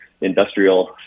industrial